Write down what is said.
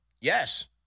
Yes